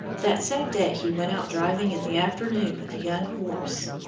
that same day he went out driving in the afternoon with a young horse,